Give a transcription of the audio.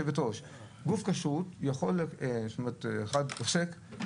הסעיף הראשון מתייחס לחובותיו של העוסק,